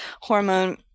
hormone